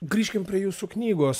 grįžkim prie jūsų knygos